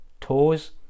toes